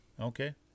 Okay